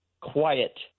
quiet